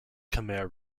khmer